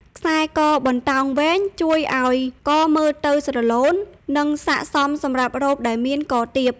ខ្សែកបណ្តោងវែង ជួយឲ្យកមើលទៅស្រឡូន និងស័ក្តិសមសម្រាប់រ៉ូបដែលមាន ក ទាប។